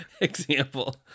example